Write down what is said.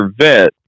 vet